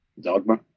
Dogma